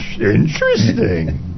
Interesting